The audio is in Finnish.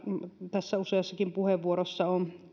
täällä useassakin puheenvuorossa